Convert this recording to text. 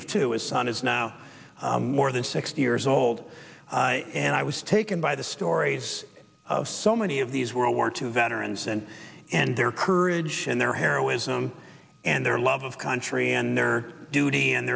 of two is son is now more than sixty years old and i was taken by the stories of so many of these world war two veterans and and their courage and their heroism and their love of country and their duty and